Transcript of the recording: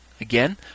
Again